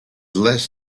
less